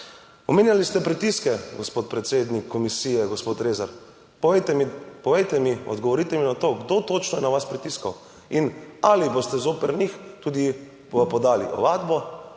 Omenjali ste pritiske, gospod predsednik komisije, gospod Rezar. Povejte mi, odgovorite mi na to, kdo točno je na vas pritiskal? In, ali boste zoper njih tudi podali ovadbo?